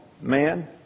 man